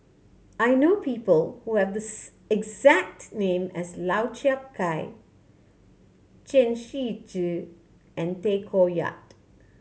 I know people who have the exact name as Lau Chiap Khai Chen Shiji and Tay Koh Yat